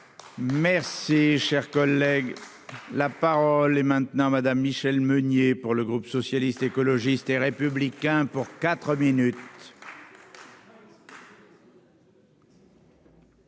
Merci, cher collègue. La parole est maintenant Madame Michelle Meunier, pour le groupe socialiste, écologiste et républicain pour 4 minutes.